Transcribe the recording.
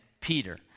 Peter